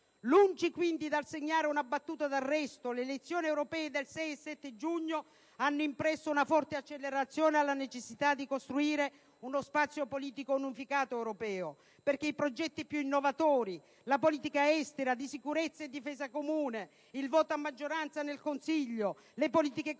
Lungi, quindi, dal segnare una battuta d'arresto, le elezioni europee del 6 e 7 giugno, hanno impresso una forte accelerazione alla necessità di costruire uno spazio politico unificato europeo, perché i progetti più innovatori - la politica estera, di sicurezza e difesa comune, il voto a maggioranza nel Consiglio, le politiche economiche,